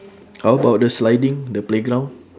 how about the sliding the playground